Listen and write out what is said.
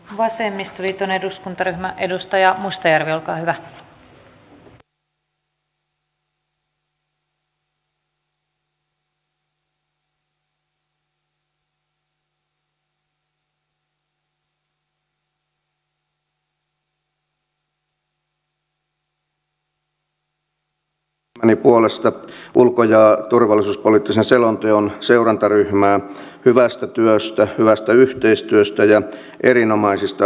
kiitän omasta ja ryhmäni puolesta ulko ja turvallisuuspoliittisen selonteon seurantaryhmää hyvästä työstä hyvästä yhteistyöstä ja erinomaisista taustakeskusteluista